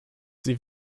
sie